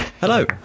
Hello